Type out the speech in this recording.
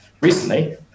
recently